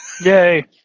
yay